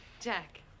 Jack